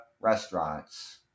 restaurants